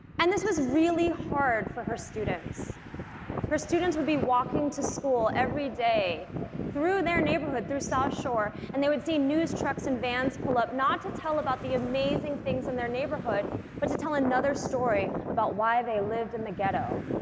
and this was really hard for her students her students would be walking to school every day through their neighborhood, through south shore, and they would see news trucks and vans pull up not to tell about the amazing things in their neighborhood but to tell another story about why they lived in the ghetto.